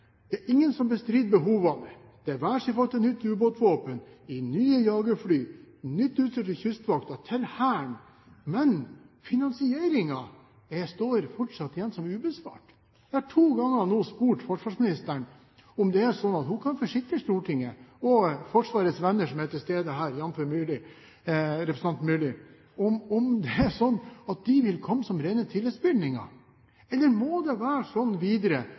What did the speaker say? ingen som bestrider behovene – være seg i forhold til nytt ubåtvåpen, nye jagerfly, nytt utstyr til Kystvakten, til Hæren. Men finansieringen står fortsatt igjen som ubesvart. Vi har nå to ganger spurt forsvarsministeren om hun kan forsikre Stortinget – og Forsvarets venner som er til stede her, jf. representanten Myrli – om at den vil komme som rene tilleggsbevilgninger. Eller må det være